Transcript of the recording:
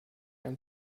ein